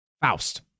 Faust